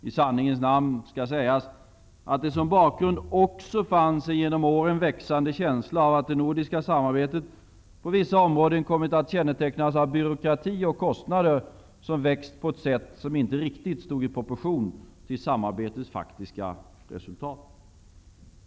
I sanningens namn skall sägas att det som bakgrund också låg den genom åren växande känslan av att det nordiska samarbetet på vissa områden kommit att kännetecknas av byråkrati och kostnader som växt på ett sätt som inte riktigt stod i proportion till samarbetets faktiska resultat.